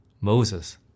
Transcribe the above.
Moses